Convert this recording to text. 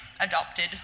Adopted